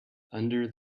under